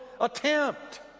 attempt